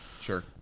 Sure